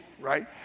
right